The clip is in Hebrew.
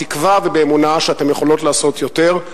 בתקווה ובאמונה שאתן יכולות לעשות יותר,